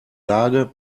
lage